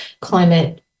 climate